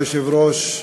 כבוד היושב-ראש,